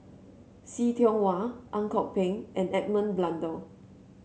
See Tiong Wah Ang Kok Peng and Edmund Blundell